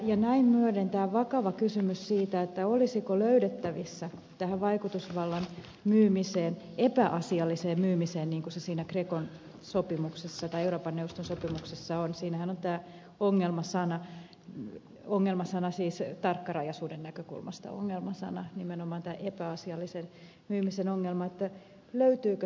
näin myöden tämä vakava kysymys siitä olisiko löydettävissä ratkaisu tähän vaikutusvallan epäasialliseen myymiseen niin kuin se grecon sopimuksessa tai euroopan neuvoston sopimuksessa on siinähän on tämä ongelmasana nimenomaan tarkkarajaisuuden näkökulmasta tämä epäasiallisen myymisen ongelma